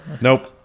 Nope